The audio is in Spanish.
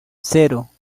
cero